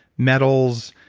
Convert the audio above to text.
metals,